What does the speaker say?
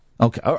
Okay